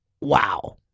wow